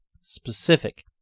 specific